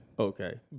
Okay